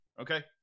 Okay